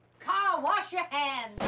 carl! wash your hands.